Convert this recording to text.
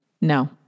no